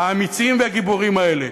האמיצים והגיבורים האלה.